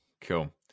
Cool